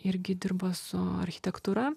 irgi dirbo su architektūra